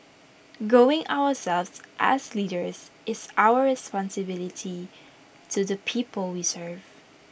growing ourselves as leaders is our responsibility to the people we serve